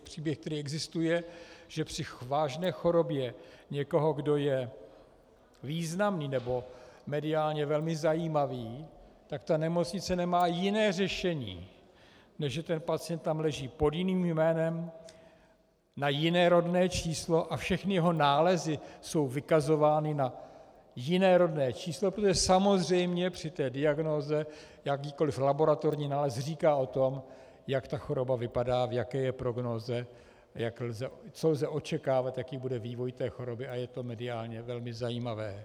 Příběh, který existuje, že při vážné chorobě někoho, kdo je významný nebo mediálně velmi zajímavý, nemocnice nemá jiné řešení, než že ten pacient tam leží pod jiným jménem, na jiné rodné číslo a všechny jeho nálezy jsou vykazovány na jiné rodné číslo, protože samozřejmě při té diagnóze jakýkoli laboratorní nález říká o tom, jak ta choroba vypadá, v jaké je prognóze a co lze očekávat, jaký bude vývoj té choroby, a je to mediálně velmi zajímavé.